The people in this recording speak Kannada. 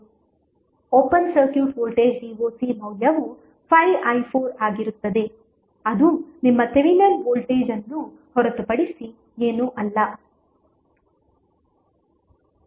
ಓಪನ್ ಸರ್ಕ್ಯೂಟ್ ವೋಲ್ಟೇಜ್ vocಮೌಲ್ಯವು 5i4 ಆಗಿರುತ್ತದೆ ಅದು ನಿಮ್ಮ ಥೆವೆನಿನ್ ವೋಲ್ಟೇಜ್ ಅನ್ನು ಹೊರತುಪಡಿಸಿ ಏನೂ ಅಲ್ಲ